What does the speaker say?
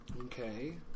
Okay